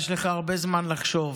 יש לך הרבה זמן לחשוב.